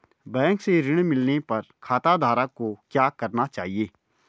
Bank से ऋण मिलने पर खाताधारक को क्या करना चाहिए?